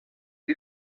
you